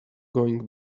going